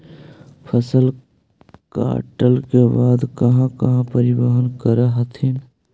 फसल कटल के बाद कहा कहा परिबहन कर हखिन?